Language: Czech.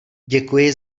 děkuji